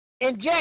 inject